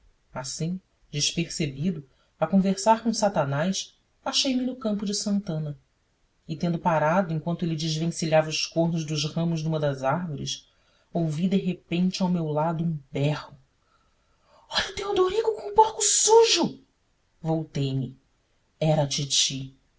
assim despercebido a conversar com satanás achei-me no campo de santana e tendo parado enquanto ele desenvencilhava os cornos dos ramos de uma das árvores ouvi de repente ao meu lado um berro olha o teodorico com o porco sujo voltei-me era a titi